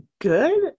good